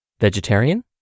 vegetarian